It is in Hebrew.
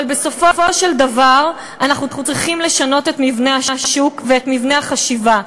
אבל בסופו של דבר אנחנו צריכים לשנות את מבנה השוק ואת מבנה החשיבה.